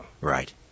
Right